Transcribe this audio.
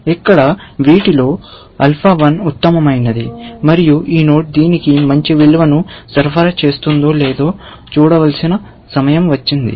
ఇక్కడ వీటిలో ఆల్ఫా 1 ఉత్తమమైనది మరియు ఈ నోడ్ దీనికి మంచి విలువను సరఫరా చేస్తుందో లేదో చూడవలసిన సమయం వచ్చింది